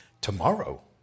tomorrow